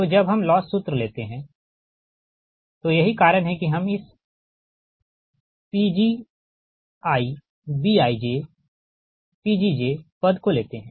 तोजब हम लॉस सूत्र लेते है तो यही कारण है की हम इस Pgi Bij Pgj पद को लेते है